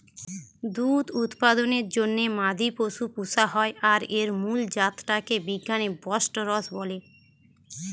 দুধ উৎপাদনের জন্যে মাদি পশু পুশা হয় আর এর মুল জাত টা কে বিজ্ঞানে বস্টরস বলে